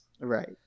Right